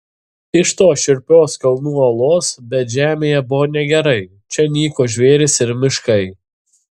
iš tos šiurpios kalnų uolos bet žemėje buvo negerai čia nyko žvėrys ir miškai